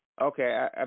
Okay